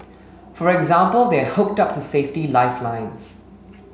for example they are hooked up to safety lifelines